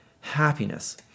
happiness